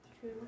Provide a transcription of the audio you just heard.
true